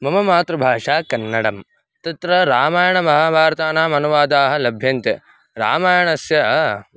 मम मातृभाषा कन्नडं तत्र रामायणमहाभारतानामनुवादाः लभ्यन्ते रामायणस्य